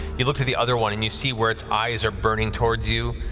you look to the other one and you see where its eyes are burning towards you,